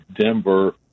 Denver